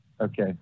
Okay